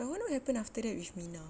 I wonder what happened after that with mina